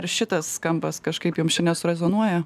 ar šitas kampas kažkaip jums nesurezonuoja